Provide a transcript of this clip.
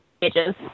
pages